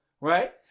right